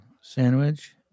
sandwich